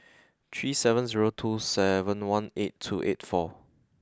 three seven zero two seven one eight two eight four